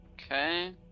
Okay